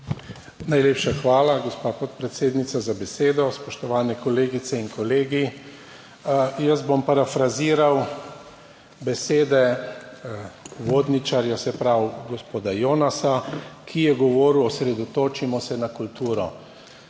Najlepša hvala, gospa podpredsednica, za besedo. Spoštovane kolegice in kolegi! Jaz bom parafraziral besede uvodničarja, se pravi gospoda Jonasa, ki je govoril: osredotočimo se na kulturo.